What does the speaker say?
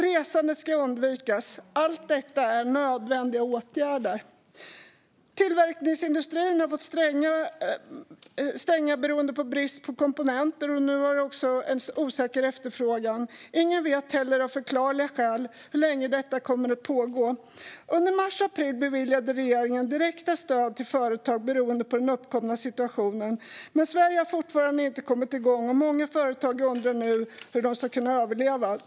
Resande ska också undvikas. Allt detta är nödvändiga åtgärder. Tillverkningsindustrin har fått stänga beroende på brist på komponenter. Nu är också efterfrågan osäker. Ingen vet heller, av förklarliga skäl, hur länge detta kommer att pågå. Under mars och april beviljade regeringen direkta stöd till företag beroende på den uppkomna situationen. Men Sverige har fortfarande inte kommit igång. Många företag undrar nu hur de ska kunna överleva.